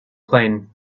plane